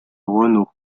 renaud